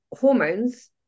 hormones